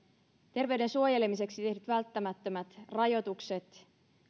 terveyden suojelemiseksi tehdyt välttämättömät rajoitukset